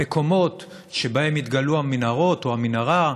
המקומות שבהם התגלו המנהרות, או המנהרה,